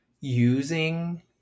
using